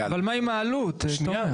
אבל מה עם העלות, תומר?